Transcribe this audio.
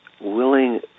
willing